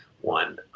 one